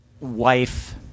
wife